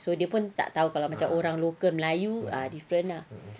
so dia pun tak tahu macam kalau orang local melayu ah different lah